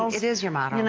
is is your motto!